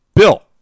Bill